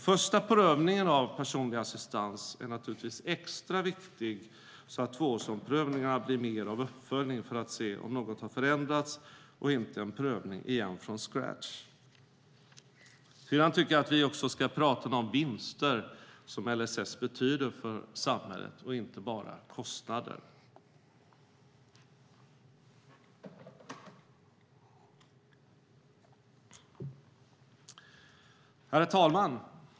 Första prövningen av personlig assistans är naturligtvis extra viktig så att tvåårsomprövningarna blir en uppföljning för att se om något har förändrats och inte en prövning igen från scratch. Jag tycker att vi också ska prata om de vinster som LSS betyder för samhället och inte bara om kostnader. Herr talman!